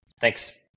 Thanks